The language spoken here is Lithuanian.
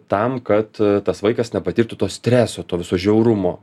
tam kad tas vaikas nepatirtų to streso to viso žiaurumo